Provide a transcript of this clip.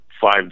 five